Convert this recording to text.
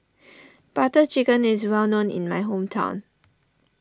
Butter Chicken is well known in my hometown